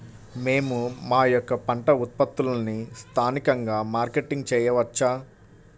మేము మా యొక్క పంట ఉత్పత్తులని స్థానికంగా మార్కెటింగ్ చేయవచ్చా?